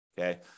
okay